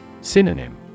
Synonym